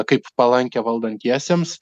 kaip palankią valdantiesiems